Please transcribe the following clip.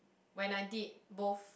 when I did both